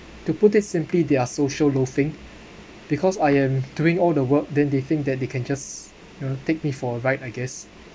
to put it simply they're social loafing because I am doing all the work then they think that they can just you know take me for a ride I guess